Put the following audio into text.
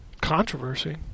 Controversy